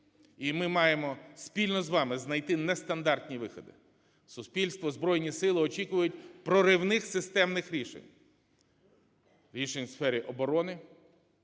і ми маємо спільно з вами знайти нестандартні виходи. Суспільство, Збройні Сили очікують проривних системних рішень – рішень у сфері оборони.